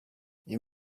you